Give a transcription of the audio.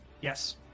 Yes